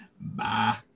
Bye